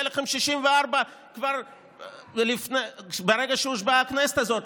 היו לכם 64 כבר ברגע שהושבעה הכנסת הזאת,